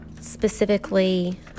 specifically